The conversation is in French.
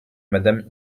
madame